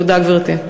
תודה, גברתי.